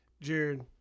Jared